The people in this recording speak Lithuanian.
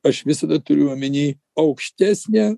aš visada turiu omeny aukštesnę